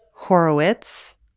Horowitz